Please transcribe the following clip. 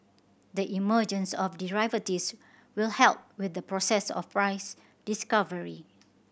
the emergence of derivatives will help with the process of price discovery